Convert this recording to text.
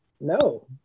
No